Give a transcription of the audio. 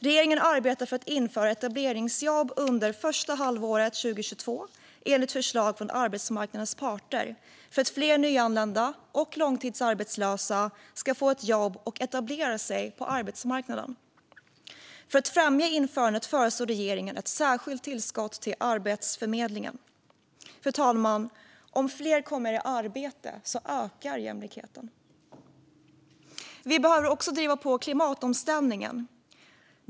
Regeringen arbetar för att införa etableringsjobb under det första halvåret 2022 enligt förslag från arbetsmarknadens parter för att fler nyanlända och långtidsarbetslösa ska få ett jobb och etablera sig på arbetsmarknaden. För att främja införandet föreslår regeringen ett särskilt tillskott till Arbetsförmedlingen. Om fler kommer i arbete ökar jämlikheten. Vi behöver också driva på klimatomställningen.